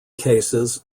cases